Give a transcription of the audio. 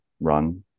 run